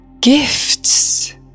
gifts